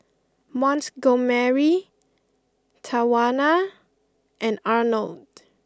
Montgomery Tawanna and Arnold